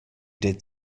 did